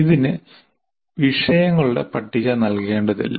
ഇതിന് വിഷയങ്ങളുടെ പട്ടിക നൽകേണ്ടതില്ല